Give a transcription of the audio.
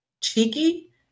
cheeky